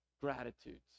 gratitudes